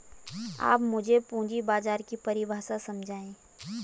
आप मुझे पूंजी बाजार की परिभाषा समझाइए